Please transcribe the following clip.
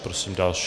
Prosím další.